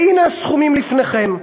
והנה הסכומים לפניכם: